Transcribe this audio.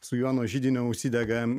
su juo nuo židinio užsidega